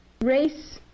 Race